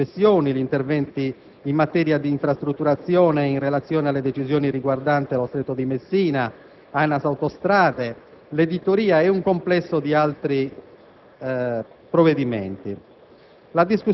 altre misure riguardanti l'IVA, la tassa sulle successioni, gli interventi in materia di infrastrutturazione e in relazione alle decisioni riguardanti lo Stretto di Messina, ANAS e Autostrade, l'editoria ed un complesso di altri